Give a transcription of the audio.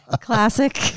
Classic